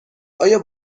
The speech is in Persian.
آیا